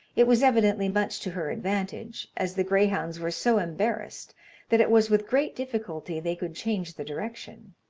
it was evidently much to her advantage, as the greyhounds were so embarrassed that it was with great difficulty they could change the direction.